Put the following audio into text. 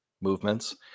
movements